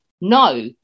no